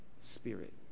Spirit